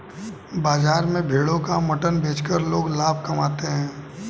बाजार में भेड़ों का मटन बेचकर लोग लाभ कमाते है